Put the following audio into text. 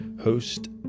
host